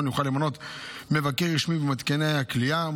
יוכל למנות מבקר רשמי במתקני הכליאה.